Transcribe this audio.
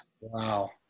Wow